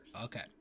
Okay